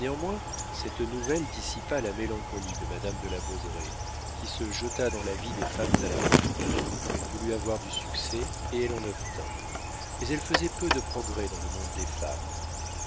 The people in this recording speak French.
néanmoins cette nouvelle dissipa la mélancolie de madame de la baudraye qui se jeta dans la vie des femmes à la mode elle voulut avoir du succès et elle en obtint mais elle faisait peu de progrès dans le monde des femmes